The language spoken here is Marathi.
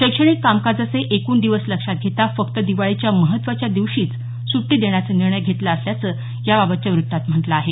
शैक्षणिक कामकाजाचे एकूण दिवस लक्षात घेता फक्त दिवाळीच्या महत्त्वाच्या दिवशीच सुटी देण्याचा निर्णय घेतला असल्याचं याबाबतच्या वृत्तात म्हटलं आहे